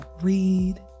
read